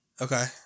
Okay